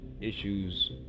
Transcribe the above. issues